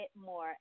more